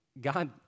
God